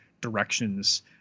directions